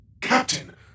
Captain